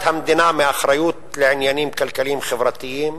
המדינה מאחריות לעניינים כלכליים-חברתיים?